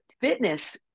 fitness